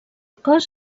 cos